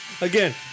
Again